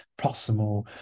proximal